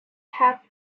have